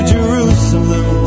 Jerusalem